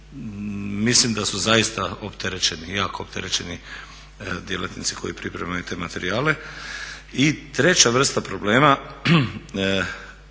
Mislim da su zaista opterećeni, jako opterećeni djelatnici koji pripremaju te materijale. I treća vrsta problema